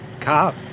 Cop